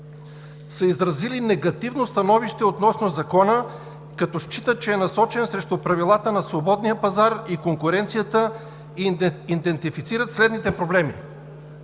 са изразили негативно становище относно Закона, като считат, че е насочен срещу правилата на свободния пазар и пазарната конкуренция и идентифицират следните проблеми.